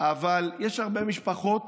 אבל יש הרבה משפחות